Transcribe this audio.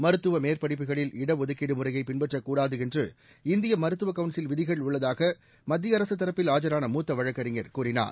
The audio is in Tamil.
மருத்துவ மேற்படிப்புகளில் இடஒதுக்கீடு முறையை பின்பற்றக்கூடாது என்று இந்திய மருத்துவக் கவுன்சில் விதிகள் உள்ளதாக மத்திய அரசு தரப்பில் ஆஜரான மூத்த வழக்கறிஞர் கூறினார்